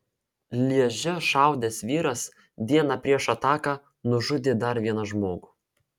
lježe šaudęs vyras dieną prieš ataką nužudė dar vieną žmogų